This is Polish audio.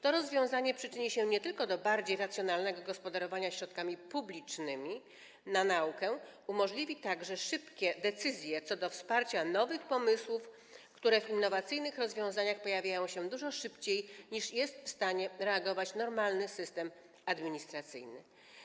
To rozwiązanie przyczyni się nie tylko do bardziej racjonalnego gospodarowania środkami publicznymi na naukę, lecz także umożliwi szybkie decyzje co do wsparcia nowych pomysłów, które w innowacyjnych rozwiązaniach pojawiają się dużo szybciej, niż jest w stanie reagować normalny system administracyjny.